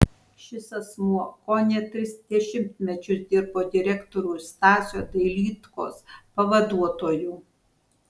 šis asmuo kone tris dešimtmečius dirbo direktoriaus stasio dailydkos pavaduotoju